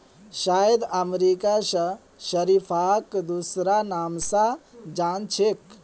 शायद अमेरिकात शरीफाक दूसरा नाम स जान छेक